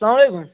اسَلام َعلیکُم